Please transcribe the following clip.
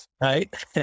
right